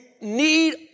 need